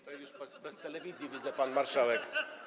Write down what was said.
Tutaj już bez telewizji, widzę, pan marszałek.